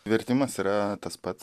vertimas yra tas pats